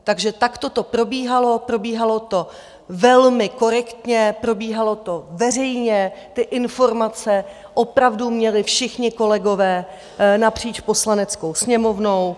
Takže takto to probíhalo, probíhalo to velmi korektně, probíhalo to veřejně, informace opravdu měli všichni kolegové napříč Poslaneckou sněmovnou.